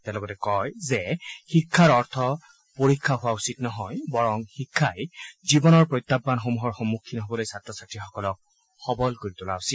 তেওঁ লগতে কয় যে শিক্ষাৰ অৰ্থ পৰীক্ষা হোৱা উচিত নহয় বৰং শিক্ষাই জীৱনৰ প্ৰত্যাহানসমূহৰ সন্মুখীন হ'বলৈ ছাত্ৰ ছাত্ৰীসকলক সবল কৰি তোলা উচিত